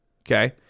okay